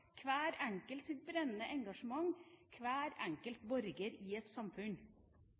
hver enkelts hode, i hver enkelts brennende engasjement, i hver enkelt borger i et samfunn.